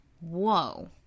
Whoa